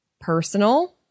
personal